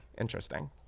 interesting